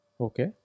Okay